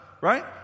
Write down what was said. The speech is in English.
right